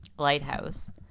lighthouse